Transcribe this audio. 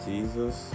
Jesus